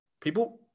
People